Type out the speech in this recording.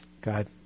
God